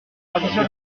proche